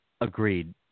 Agreed